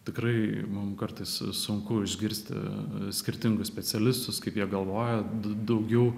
tikrai mum kartais sunku išgirsti skirtingus specialistus kaip jie galvoja daugiau